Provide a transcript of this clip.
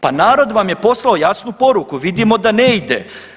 Pa narod vam je poslao jasnu poruku, vidimo da ne ide.